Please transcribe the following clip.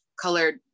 colored